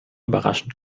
überraschend